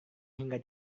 hingga